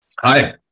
Hi